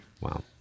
Wow